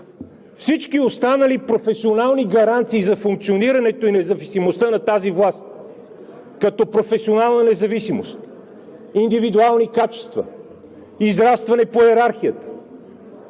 Всички останали професионални гаранции за функционирането и независимостта на тази власт, като професионална независимост, индивидуални качества, израстване по йерархията,